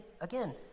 again